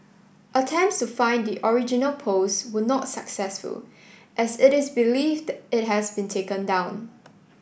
attempts to find the original post were not successful as it is believed it has been taken down